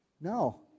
No